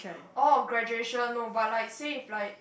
oh graduation no but like say if like